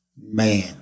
man